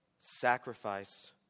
Sacrifice